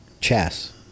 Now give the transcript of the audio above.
Chess